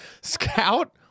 scout